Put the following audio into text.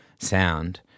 sound